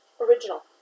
original